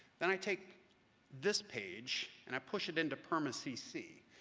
then i take this page and i push it into perma cc,